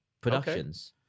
Productions